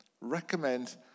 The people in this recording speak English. Recommend